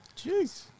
Jeez